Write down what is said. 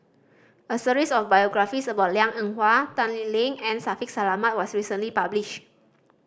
a series of biographies about Liang Eng Hwa Tan Lee Leng and Shaffiq Selamat was recently publish